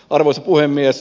arvoisa puhemies